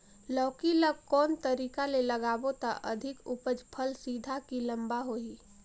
लौकी ल कौन तरीका ले लगाबो त अधिक उपज फल सीधा की लम्बा होही?